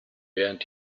während